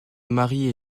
mary